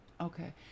Okay